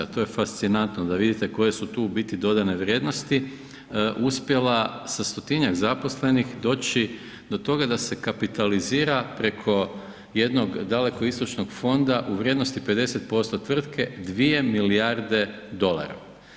A to je fascinantno da vidite koje su tu u biti dodane vrijednosti uspjela sa stotinjak zaposlenih doći do toga da se kapitalizira preko jednog dalekoistočnog fonda u vrijednosti 50% tvrtke 2 milijarde dolara.